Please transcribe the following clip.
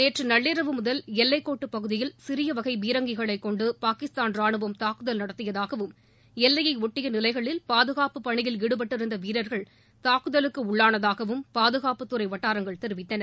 நேற்று நள்ளிரவு முதல் எல்லைக்கோட்டுப் பகுதியில் சிறிய வகை பீரங்கிகளைக் கொண்டு பாகிஸ்தான் ராணுவம் தாக்குதல் நடத்தியதாகவும் எல்லையையொட்டிய நிலைகளில் பாதுகாப்புப் பணியில் ஈடுபட்டிருந்த வீரர்கள் தாக்குதலுக்கு உள்ளானதாகவும் பாதுகாப்புத்துறை வட்டாரங்கள் தெரிவித்தன